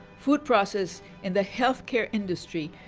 food processing and the healthcare industry,